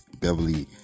Beverly